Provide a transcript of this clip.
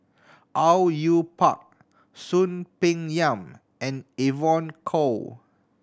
Au Yue Pak Soon Peng Yam and Evon Kow